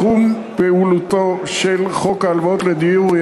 תחום פעולתו של חוק ההלוואות לדיור הוא